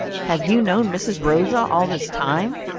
have you known mrs. rosa all this time?